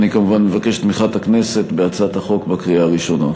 אני כמובן מבקש את תמיכת הכנסת בהצעת החוק בקריאה הראשונה.